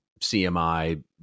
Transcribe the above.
CMI